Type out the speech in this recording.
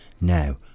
Now